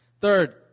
Third